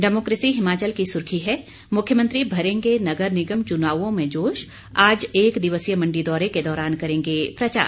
democracy Himachal की सुर्खी है मुख्यमंत्री भरेंगे नगर निगम चुनावों में जोश आज एक दिवसीय मंडी दौरे के दौरान करेंगे प्रचार